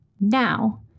Now